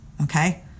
okay